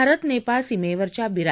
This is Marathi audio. भारत नेपाळ सीमेवरच्या बिरा